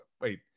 wait